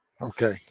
Okay